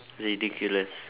ridiculous